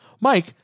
Mike